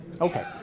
Okay